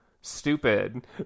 stupid